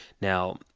Now